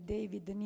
David